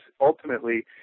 ultimately